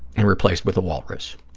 and replaced with a walrus.